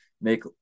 make